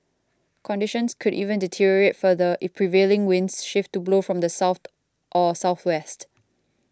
conditions could even deteriorate further if prevailing winds shift to blow from the south or southwest